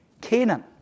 Canaan